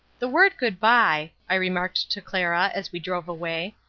the word good-bye, i remarked to clara, as we drove away,